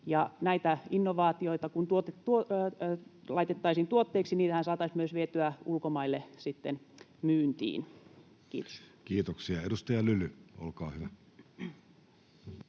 näitä innovaatioita laitettaisiin tuotteiksi, niitähän saataisiin myös vietyä ulkomaille sitten myyntiin. — Kiitos. Kiitoksia. — Edustaja Lyly, olkaa hyvä.